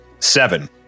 Seven